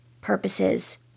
purposes